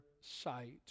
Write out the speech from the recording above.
sight